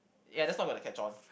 yeah that's not going to catch on